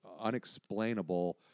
unexplainable